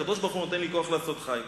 והקדוש-ברוך-הוא נותן לי כוח לעשות חיל.